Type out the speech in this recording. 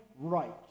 right